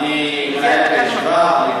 אני מנהל את הישיבה.